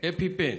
אֶפִּיפן.